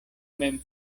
mem